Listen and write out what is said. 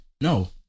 No